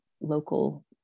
local